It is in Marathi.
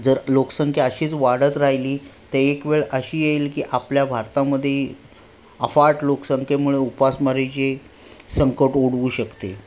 जर लोकसंख्या अशीच वाढत राहिली तर एक वेळ अशी येईल की आपल्या भारतामध्ये अफाट लोकसंख्येमुळं उपासमारीचे संकट ओढवू शकते